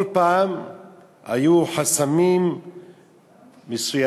כל פעם היו חסמים מסוימים,